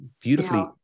beautifully